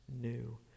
new